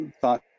thought